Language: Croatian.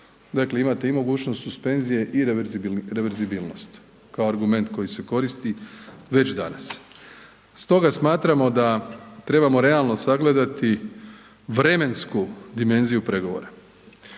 Dakle imate mogućnost i suspenzije i reverzibilnost kao argument koji se koristi već danas. Stoga smatramo da trebamo realno sagledati vremensku dimenziju pregovora.